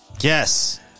Yes